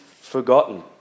forgotten